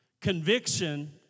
Conviction